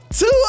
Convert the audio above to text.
Two